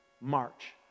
March